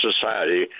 society